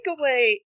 takeaway